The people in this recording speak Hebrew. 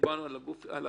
כשדיברנו על הריביות,